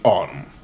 Autumn